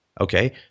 Okay